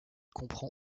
comprend